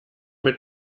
mit